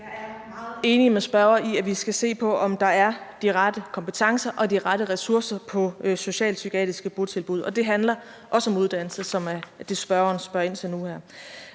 Jeg er meget enig med spørgeren i, at vi skal se på, om der er de rette kompetencer og de rette ressourcer på socialpsykiatriske botilbud, og det handler også om uddannelse, som er det, spørgeren spørger ind til nu